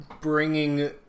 bringing